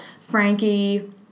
Frankie